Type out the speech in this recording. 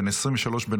בן 23 בנופלו,